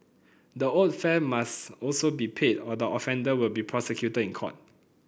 the owed fare must also be paid or the offender will be prosecuted in court